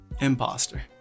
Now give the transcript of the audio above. imposter